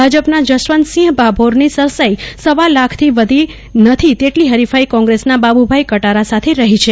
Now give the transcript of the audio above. ભાજપના જશવંતસિંહ ભાભોરની સરસાઈ સવા લાખથી વધી નથી તેટલી હરીફાઈ કોંગ્રેસના બાબુભાઈ કટારા સાથે રહી છે